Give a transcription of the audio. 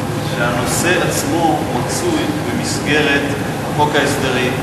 שהנושא הזה הוא במסגרת חוק ההסדרים.